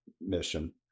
mission